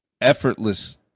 effortless